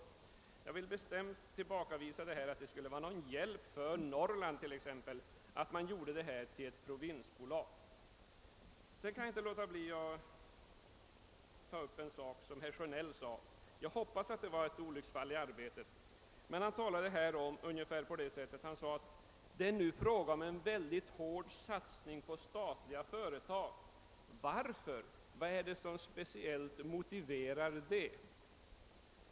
Jag vill bestämt tillbakavisa tanken att det skulle vara någon hjälp för exempelvis Norrland att göra SVETAB till ett provinsbolag. Jag kan inte låta bli att ta upp en sak som herr Sjönell berörde; jag hoppas det kan betraktas som olycksfall i arbetet. Han sade nämligen att det nu är fråga om en synnerlig hård satsning på statliga företag och frågade: Varför? Vad är det som speciellt motiverar det?